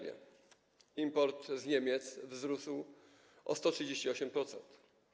Import z Niemiec wzrósł o 138%.